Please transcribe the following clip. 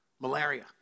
malaria